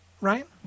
right